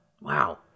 Wow